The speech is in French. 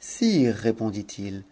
sire répondit i